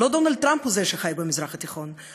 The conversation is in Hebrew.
לא דונלד טראמפ הוא זה שחי במזרח התיכון.